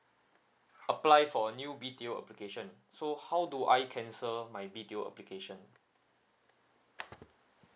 apply for a new B_T_O application so how do I cancel my B_T_O application